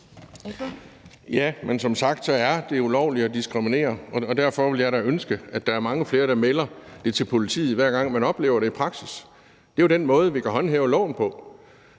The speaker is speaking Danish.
(V): Som sagt er det ulovligt at diskriminere, og derfor ville jeg da ønske, at langt flere meldte det til politiet, hver gang man oplevede det i praksis. Det er jo den måde, vi kan håndhæve loven på,